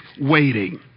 waiting